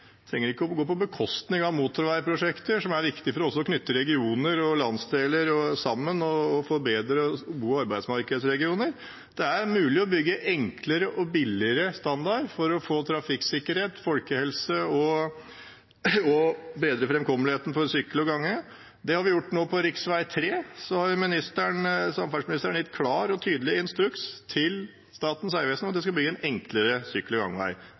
trenger ikke å gå på bekostning av motorveiprosjekter, som er viktig for å knytte regioner og landsdeler sammen og få bedre bo- og arbeidsmarkedsregioner. Det er mulig å bygge enklere og billigere standard for å få bedre trafikksikkerhet, folkehelse og framkommeligheten for sykkel og gange. Det har vi gjort. Når det gjelder rv. 3, har samferdselsministeren gitt klar og tydelig instruks til Statens vegvesen om å bygge en enklere sykkel- og gangvei